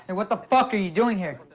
and what the fuck are you doing here?